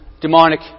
demonic